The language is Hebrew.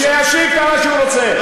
שישיב כמה שהוא רוצה.